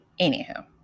Anywho